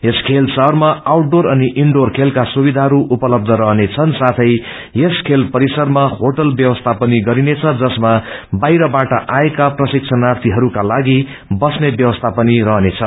यस खेल शहरमा outdoor अनि इन डुवर खेलका सुविषाहरू उपलब्ध रहने छन् साथे यस खेल परिसरमा होटल ब्यवस्था पनि गरिने छ जसमा बाहिरबाट आएका प्रशिक्षणार्यीहरूका लागि वस्ने ब्यवस्था पनि रहने छ